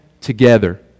together